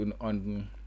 on